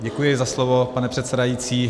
Děkuji za slovo, pane předsedající.